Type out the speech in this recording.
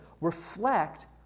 reflect